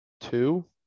Two